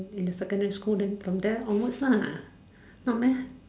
in the secondary school then from there onwards lah not meh